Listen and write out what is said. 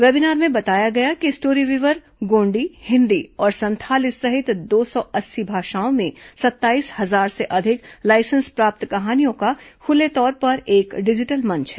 webinar में बताया गया कि स्टोरीवीवर गोंडी हिन्दी और संथाली सहित दो सौ अस्सी भाषाओं में सत्ताईस हजार से अधिक लाइसेंस प्राप्त कहानियों का खुले तौर पर एक डिजिटल मंच है